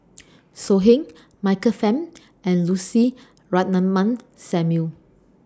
So Heng Michael Fam and Lucy Ratnammah Samuel